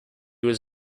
was